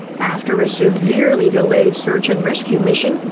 after a severely delayed search-and-rescue mission,